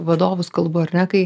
vadovus kalbu ar ne kai